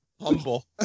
Humble